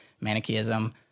Manichaeism